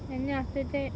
and then after that